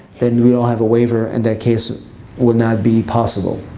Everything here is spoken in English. then we don't have a waiver and that case would not be possible.